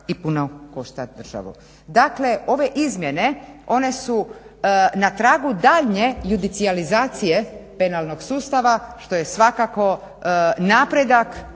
i puno košta državu. Dakle ove izmjene one su na tragu daljnjeg ljudisalizacije penalnog sustava što je svakako napredak